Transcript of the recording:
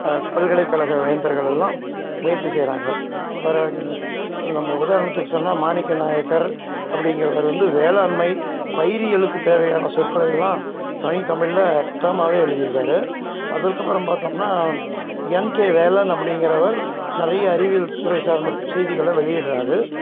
பல்கலைக்கழக வேந்தர்களெல்லாம் முயற்சி செய்கிறாங்க இப்போ நம்ம உதாரணத்துக்கு சொன்னால் மாணிக்கநாயக்கர் அப்படிங்குறவரு வந்து வேளாண்மை பயிரியலுக்கு தேவையான சொற்களையெல்லாம் தனித் தமிழ்ல புத்தகமாகவே எழுதியிருக்காரு அதற்கு அப்புறம் பார்த்தோம்னா என்கே வேலன் அப்படிங்கறவர் நிறைய அறிவியல் துறை சார்ந்த செய்திகளை வெளியிடுகிறாரு